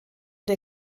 der